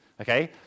okay